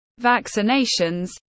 vaccinations